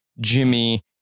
jimmy